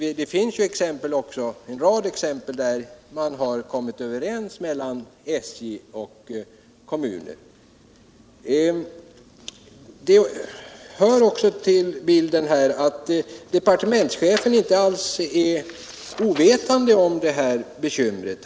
Det finns ju en rad förbättra kollektiv exempel där SJ och kommuner kommit överens. Det hör även till bilden att departementschefen inte alls är ovetande om det här bekymret.